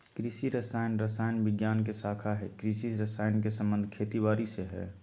कृषि रसायन रसायन विज्ञान के शाखा हई कृषि रसायन के संबंध खेती बारी से हई